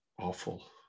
awful